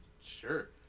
Sure